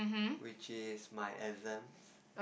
which is my exams